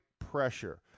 pressure